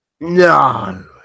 No